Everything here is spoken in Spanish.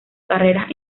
carreras